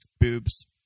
boobs